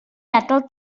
adael